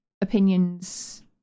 opinions